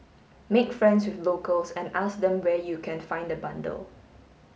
make friends with locals and ask them where you can find a bundle